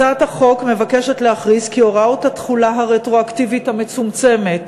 הצעת החוק מבקשת להכריז כי הוראת התחולה הרטרואקטיבית המצומצמת